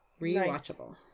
Rewatchable